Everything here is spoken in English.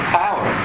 power